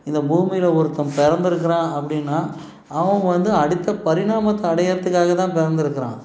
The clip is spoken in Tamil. இந்த பூமியில் ஒருத்தன் பிறந்துருக்குறான் அப்படின்னா அவன் வந்து அடுத்த பரிணாமத்தை அடைகிறதுக்காக தான் பிறந்துருக்கிறான்